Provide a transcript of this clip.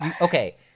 Okay